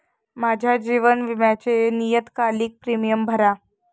माझ्या जीवन विम्याचे नियतकालिक प्रीमियम भरा